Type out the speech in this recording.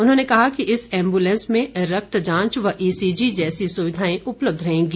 उन्होंने कहा कि इस एम्बूलैंस में रक्त जांच व ईसीजी जैसी सुविधाएं उपलब्ध रहेगी